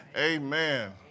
Amen